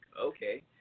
okay